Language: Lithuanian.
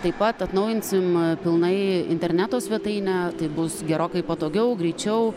taip pat atnaujinsim pilnai interneto svetainę tai bus gerokai patogiau greičiau